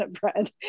bread